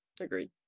agreed